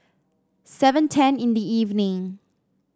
seven ten in the evening